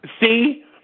See